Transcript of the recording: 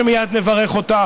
שמייד נברך אותה,